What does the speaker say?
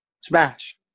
Smash